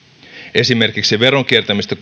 esimerkiksi veron kiertämistä